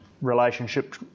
relationship